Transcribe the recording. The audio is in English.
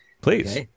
please